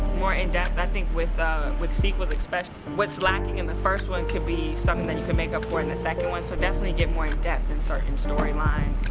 more in-depth i think with with sequels especially. what's lacking in the first one could be something that you could make up for the second one. so definitely get more in-depth in certain storylines.